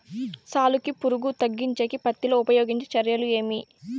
సాలుకి పులుగు తగ్గించేకి పత్తి లో ఉపయోగించే చర్యలు ఏమి?